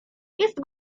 jest